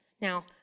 Now